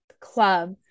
club